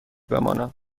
بمانم